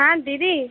হ্যাঁ দিদি